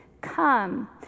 Come